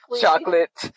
chocolate